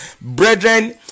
Brethren